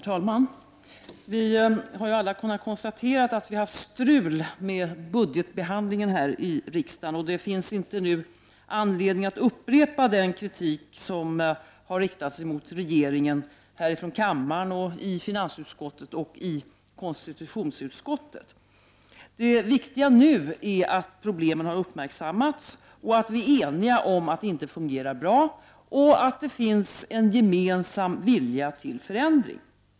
Herr talman! Vi har alla kunnat konstatera att vi har haft strul med budgetbehandlingen i riksdagen. Det finns inte nu anledning att upprepa den kritik som har riktats mot regeringen härifrån kammaren, i finansutskottet och i konstitutionsutskottet. Det viktiga nu är att problemen har uppmärksammats, att vi är eniga om att det inte fungerar bra och att det finns en gemensam vilja till förändring.